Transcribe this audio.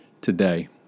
today